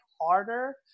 harder